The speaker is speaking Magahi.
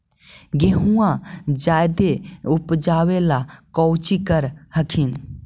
गेहुमा जायदे उपजाबे ला कौची कर हखिन?